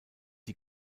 die